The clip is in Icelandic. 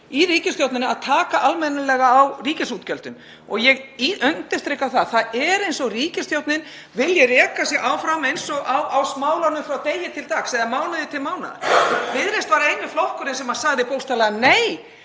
í ríkisstjórninni við að taka almennilega á ríkisútgjöldum. Ég undirstrika að það er eins og ríkisstjórnin vilji reka sig áfram á smálánum frá degi til dags eða mánuði til mánaðar. Viðreisn var eini flokkurinn sem sagði bókstaflega nei